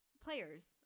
players